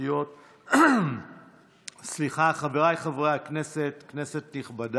החברתיות בצל האלימות הגוברת